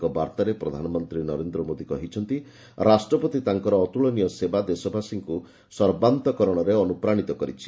ଏକ ବାର୍ଭାରେ ପ୍ରଧାନମନ୍ତ୍ରୀ ନରେନ୍ଦ୍ର କହିଛନ୍ତି' ରାଷ୍ଟ୍ର ପ୍ରତି ତାଙ୍କର ଅତ୍ନୁଳନୀୟ ସେବା ଦେଶବାସୀଙ୍କୁ ସର୍ବାନ୍ତକରଣରେ ଅନୁପ୍ରାଣୀତ କରିଛି